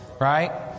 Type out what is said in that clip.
right